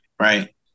Right